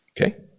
Okay